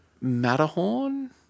Matterhorn